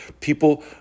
People